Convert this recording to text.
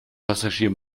passagier